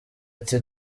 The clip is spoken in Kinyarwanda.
ati